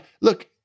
Look